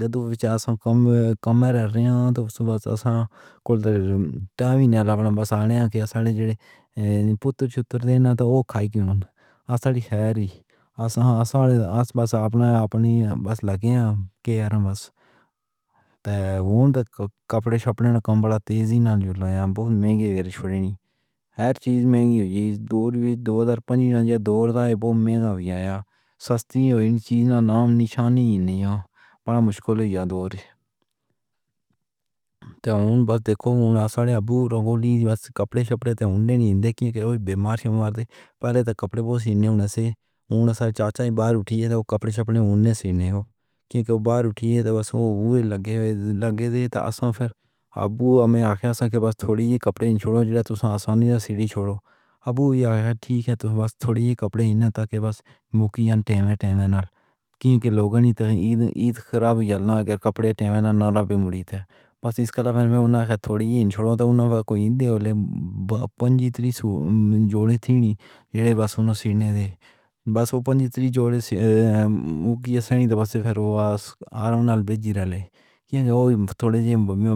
جب وچار کم کم رہ رہے ہن تاں وقت نال اپنا بس آؤݨاں ایہہ آساݪے پُتر چوتڑ دے ناں تاں کھائی کیوں ناں۔ آساݪی شہر آساݪے آسا بس اپݨی اپݨی بس لڳی اے۔ ہم بس کپڑے شپڑے کم وݙی تیزی نال جوڑ لۓ۔ بہوں مہانڳے پھڑیݨے۔ ہر چیز مہانڳی تھی ڳئی۔ دور دوہزارپنجی دور دا بہوں مہانڳا وی آیا۔ سستی تھئی چیز ناں نشانی کوئی نئیں۔ وݙا مشکل ایہہ دور اے۔ بس ݙیکھو ابّو رنگولی دے بس کپڑے شپڑے تے ہونڈے نئیں کین٘دی "بیما بیما"۔ پہلے کپڑے سین٘ے نہ سین٘ے چاچا ہی باہر اُٹھیے تاں کپڑے شپڑے اوہناں سین٘ے ہی باہر اُٹھیے تاں بس اوہ لڳے ہوئے لڳے ہن۔ آساں پھر ابّو آکھا سی کہ بس تھوڑی ہی کپڑے چھوڑو آسانی نال چھوڑو ابّو، ٹھیک اے، بس تھوڑی ہی کپڑے تاں جو بس مُکھیا وقت وقت نال کِنکی لوکاں ایاد خراب یار اللہ دے کپڑے نال ربی مُلی ہن۔ بس ایس کلر وچ تھوڑی ہی چھوڑو تاں کوئی ڈیولے پن٘جی جوڑے ٹھنی جیڈ بس اوہناں نیں ڈے بس پن٘جی جوڑے مُکھیا توں نئیں تاں بس آرام نال بھیجی رہلے کہ تھوڑے